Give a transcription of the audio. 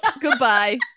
Goodbye